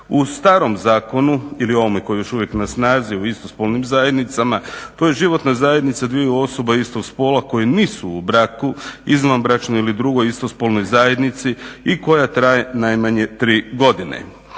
U starom zakonu ili ovome koji je još uvijek na snazi u istospolnim zajednicama to je životna zajednica dviju osoba istog spola koje nisu u braku, izvanbračnoj ili drugoj istospolnoj zajednici i koja traje najmanje tri godine.